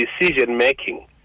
decision-making